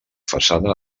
façana